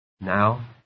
now